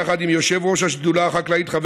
יחד עם יושב-ראש השדולה החקלאית חבר